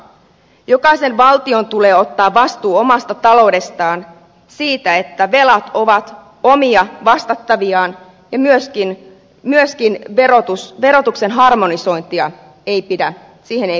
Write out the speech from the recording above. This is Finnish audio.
jokaisen valtion tulee ottaa vastuu omasta taloudestaan siitä että velat ovat omia vastattaviaan ja myöskään verotuksen harmonisointiin ei pidä lähteä